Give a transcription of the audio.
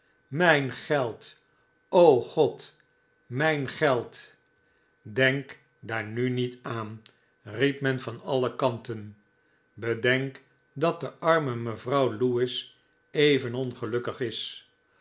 mijn geld o god mijn geld denk daar nu niet aan riep men van alle kanten bedenk dat de arme mevrouw lewis even ongelukkig is